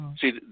See